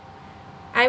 I'm